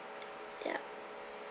yup